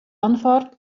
anfahrt